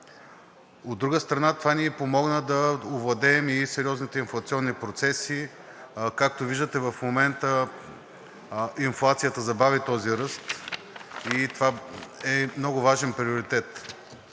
От друга страна, това ни помогна да овладеем и сериозните инфлационни процеси, както виждате, в момента инфлацията забави този ръст и това е много важен приоритет.